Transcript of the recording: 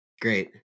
great